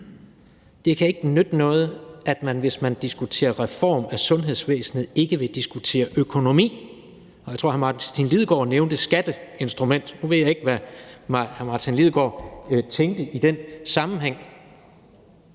Det kan ikke nytte noget, at man, hvis man diskuterer en reform af sundhedsvæsenet, ikke vil diskutere økonomien i det. Jeg tror, at hr. Martin Lidegaard nævnte ordet skatteinstrument. Nu ved jeg ikke, hvad hr. Martin Lidegaard tænkte i den sammenhæng,